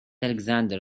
alexander